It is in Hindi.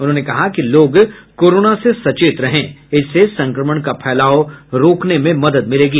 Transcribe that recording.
उन्होंने कहा कि लोग कोरोना से सचेत रहें इससे संक्रमण का फैलाव रोकने में मदद मिलेगी